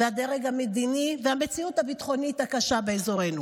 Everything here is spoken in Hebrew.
הדרג המדיני והמציאות הביטחונית הקשה באזורנו.